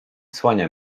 słania